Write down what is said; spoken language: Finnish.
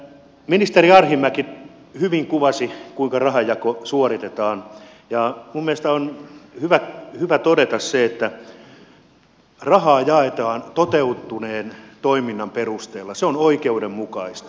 ministeri arhinmäki hyvin kuvasi kuinka rahanjako suoritetaan ja minun mielestäni on hyvä todeta se että rahaa jaetaan toteutuneen toiminnan perusteella se on oikeudenmukaista